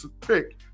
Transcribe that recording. pick